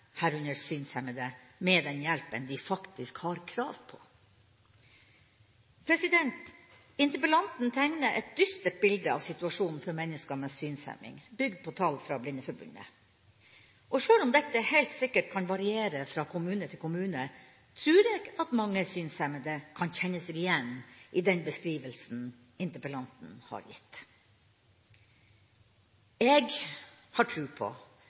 herunder synshemmede – med den hjelpen de faktisk har krav på. Interpellanten tegner et dystert bilde av situasjonen for mennesker med synshemning, bygd på tall fra Blindeforbundet. Og sjøl om dette helt sikkert kan variere fra kommune til kommune, trur jeg at mange synshemmede kan kjenne seg igjen i den beskrivelsen interpellanten har gitt. Jeg har tro på